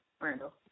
Randall